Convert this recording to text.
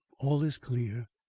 all is clear.